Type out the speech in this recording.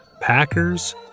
Packers